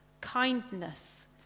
kindness